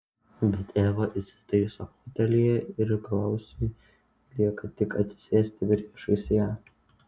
bet eva įsitaiso fotelyje ir klausui lieka tik atsisėsti priešais ją